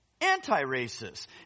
anti-racists